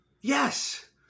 Yes